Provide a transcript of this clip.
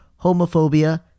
homophobia